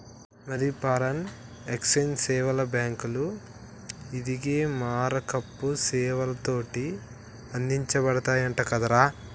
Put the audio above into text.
మరి foreign exchange సేవలు బాంకులు, ఇదిగే మారకపు సేవలతోటి అందించబడతయంట కదరా